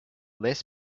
less